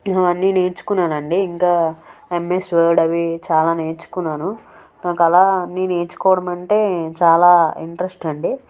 ఇవన్నీ నేర్చుకున్నాను అండి ఇంకా ఎమ్ఎస్ వర్డ్ అవి చాలా నేర్చుకున్నాను నాకు అలా అన్ని నేర్చుకోవడం అంటే చాలా ఇంట్రెస్ట్ అండి